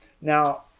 now